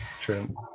True